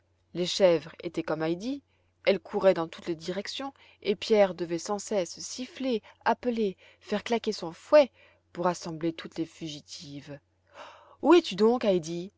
les chèvres étaient comme heidi elles couraient dans toutes les directions et pierre devait sans cesse siffler appeler faire claquer son fouet pour rassembler toutes les fugitives où es-tu donc heidi